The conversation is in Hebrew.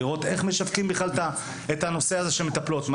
לראות איך משווקים את הנושא של מטפלות,